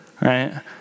right